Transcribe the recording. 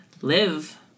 live